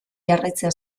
jarraitzea